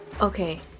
Okay